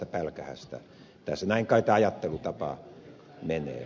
näin kai tämä ajattelutapa menee